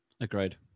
Agreed